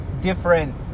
different